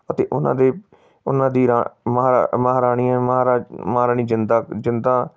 ਅਤੇ ਉਹਨਾਂ ਦੇ ਉਹਨਾਂ ਦੀ ਮਹਾਰਾਣੀਆਂ ਮਹਾਰਾਜ ਮਹਾਰਾਣੀ ਜਿੰਦਾ ਜਿੰਦਾਂ